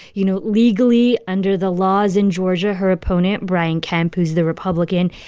you know, legally, under the laws in georgia, her opponent, brian kemp, who's the republican,